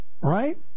Right